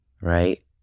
right